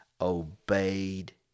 obeyed